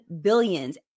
billions